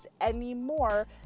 anymore